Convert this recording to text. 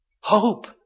Hope